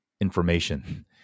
information